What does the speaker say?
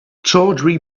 tawdry